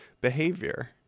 behavior